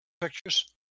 pictures